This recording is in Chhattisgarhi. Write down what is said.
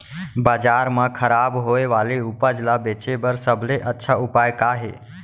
बाजार मा खराब होय वाले उपज ला बेचे बर सबसे अच्छा उपाय का हे?